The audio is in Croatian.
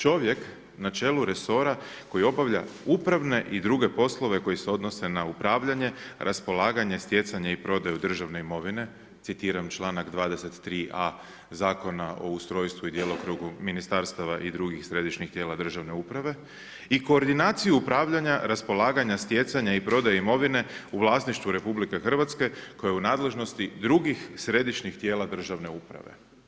Čovjek na čelu resora koji obavlja upravne i druge poslove koji se odnose na upravljanje, raspolaganje, stjecanje i prodaju državne imovine, citiram čl. 23.a Zakona o ustrojstvu u djelokrugu ministarstva i drugih središnjih tijela državne uprave i koordinaciju upravljanja, raspolaganja, stjecanja i prodaje imovine u vlasništvu RH, koja je u nadležnosti drugih središnjih tijela državne uprave.